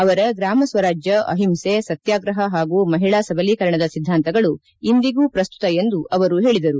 ಅವರ ಗ್ರಾಮ ಸ್ನರಾಜ್ಯ ಅಹಿಂಸೆ ಸತ್ಯಾಗ್ರಹ ಹಾಗೂ ಮಹಿಳಾ ಸಬಲೀಕರಣದ ಸಿದ್ದಾಂತಗಳು ಇಂದಿಗೂ ಪ್ರಸ್ತುತ ಎಂದು ಅವರು ಹೇಳಿದರು